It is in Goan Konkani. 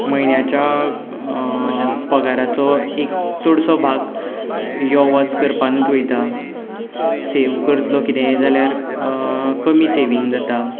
म्हयन्याच्या पगाराचो एक चडसो भाग यो वच करपानूच वयता सेव करतलो किदें जाल्यार कमी सेवींग जाता